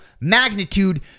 magnitude